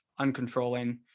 uncontrolling